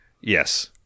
Yes